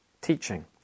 teaching